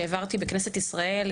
שהעברתי בכנסת ישראל,